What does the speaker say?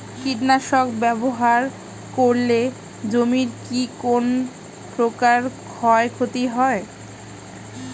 কীটনাশক ব্যাবহার করলে জমির কী কোন প্রকার ক্ষয় ক্ষতি হয়?